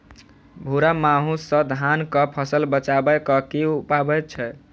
भूरा माहू सँ धान कऽ फसल बचाबै कऽ की उपाय छै?